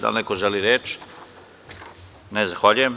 Da li neko želi reč? (Ne) Zahvaljujem.